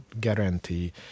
guarantee